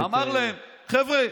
אמר להם: חבר'ה,